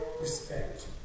respect